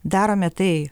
darome tai